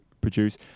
produce